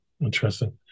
Interesting